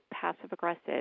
passive-aggressive